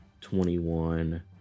twenty-one